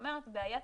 בעיית